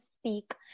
speak